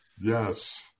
Yes